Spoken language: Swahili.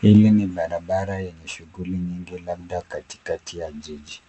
Hili ni barabara yenye shughuli nyingi labda katikati ya jiji.